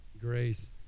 grace